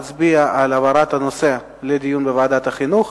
מצביע על העברת הנושא לדיון בוועדת החינוך.